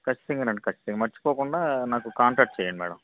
ఖచ్చితంగా అండి ఖచ్చితంగా మర్చిపోకుండా నాకు కాంటాక్ట్ చేయండి మ్యాడం